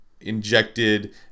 injected